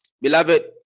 Beloved